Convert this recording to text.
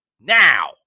now